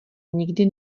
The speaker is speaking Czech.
nikdy